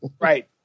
Right